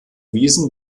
wiesen